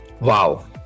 Wow